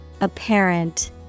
Apparent